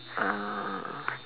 ah